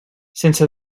sense